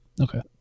okay